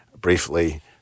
briefly